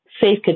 safe